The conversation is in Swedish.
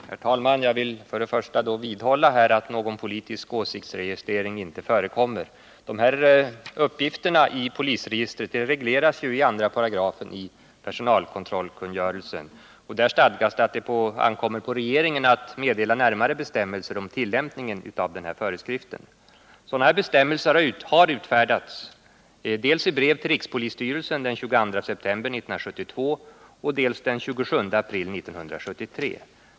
Herr talman! Jag vill först och främst vidhålla att någon politisk åsiktsregistrering inte förekommer. Uppgifterna i polisregistret regleras av 2§ personalkontrollkungörelsen. Där stadgas att det ankommer på regeringen att meddela närmare bestämmelser om tillämpningen av föreskriften. Sådana bestämmelser har utfärdats i brev till rikspolisstyrelsen den 22 september 1972 och den 27 april 1973.